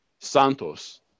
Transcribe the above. Santos